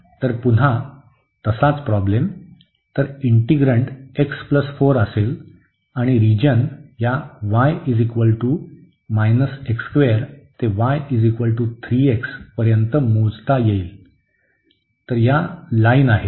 तर पुन्हा तसाच प्रॉब्लेम तर इंटिग्रन्ड x 4 असेल आणि रिजन या y ते y 3x पर्यंत मोजला जाईल तर या लाईन आहेत